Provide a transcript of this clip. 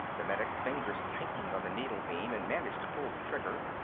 the medic's fingers tightened on the needle-beam, and managed to pull the trigger.